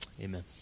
Amen